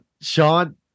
Sean